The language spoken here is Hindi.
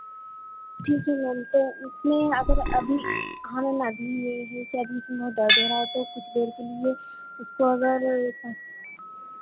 ठीक है मैम तो उसमें अगर अभी हाँ मैम अभी ये जो क्या अभी इसमें दर्द हो रहा है तो कुछ देर के लिए इसको अगर